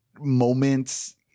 moments